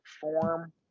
form